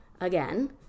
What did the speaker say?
again